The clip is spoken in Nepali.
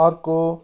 अर्को